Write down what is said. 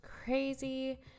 crazy